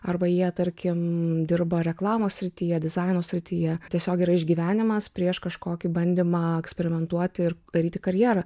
arba jie tarkim dirba reklamos srityje dizaino srityje tiesiog yra išgyvenimas prieš kažkokį bandymą eksperimentuoti ir daryti karjerą